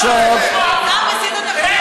עכשיו,